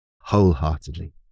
wholeheartedly